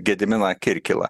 gediminą kirkilą